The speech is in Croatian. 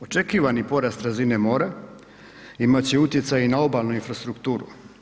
Očekivani porast razine mora imat će utjecaj i na obalu infrastrukturu.